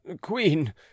queen